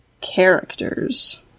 characters